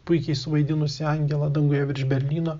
puikiai suvaidinusį angelą danguje virš berlyno